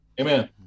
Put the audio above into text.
Amen